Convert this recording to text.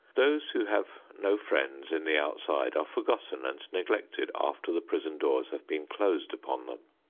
those who have no friends on the outside are forgotten and neglected after the prison doors have been closed upon them.